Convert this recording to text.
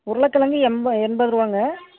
உருளக்கிழங்கு எம்ப எண்பதுரூவாங்க